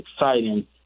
exciting